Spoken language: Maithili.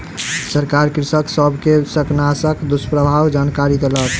सरकार कृषक सब के शाकनाशक दुष्प्रभावक जानकरी देलक